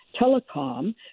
telecom